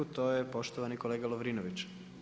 To je poštovani kolega Lovrinović.